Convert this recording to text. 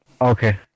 Okay